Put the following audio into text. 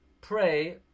pray